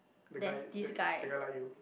the guy the the guy like you